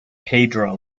pedro